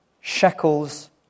shekels